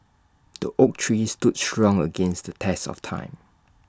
the oak tree stood strong against the test of time